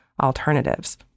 alternatives